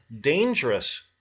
dangerous